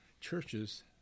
churches